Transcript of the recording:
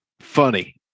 funny